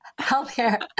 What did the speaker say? healthcare